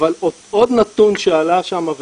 אבל עוד נתון שעלה שם,